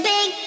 Big